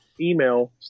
email